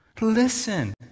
listen